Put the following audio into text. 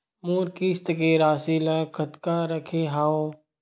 मोर किस्त के राशि ल कतका रखे हाव?